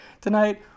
tonight